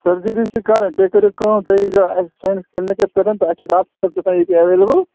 surgery چھِ کَرٕنۍ تُہۍ کٔرو کٲم تُہۍ ییٖزیٚو اَسہِ سٲنِس کِلنِکَس پٮ۪ٹھ تہٕ اَسہِ چھِ ڈاکٹر صٲب تہِ آسان ییٚتی ایٚویلیبُل